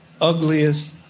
ugliest